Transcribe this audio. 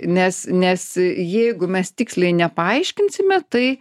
nes nes jeigu mes tiksliai nepaaiškinsime tai